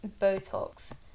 Botox